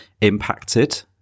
impacted